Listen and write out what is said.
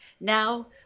Now